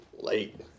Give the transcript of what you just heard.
late